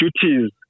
duties